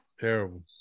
Terrible